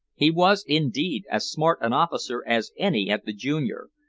he was, indeed, as smart an officer as any at the junior,